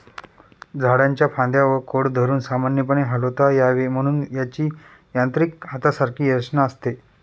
झाडाच्या फांद्या व खोड धरून सामान्यपणे हलवता यावे म्हणून त्याची यांत्रिक हातासारखी रचना असते